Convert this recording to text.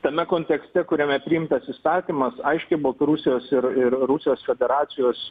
tame kontekste kuriame priimtas įstatymas aiškiai baltarusijos ir ir rusijos federacijos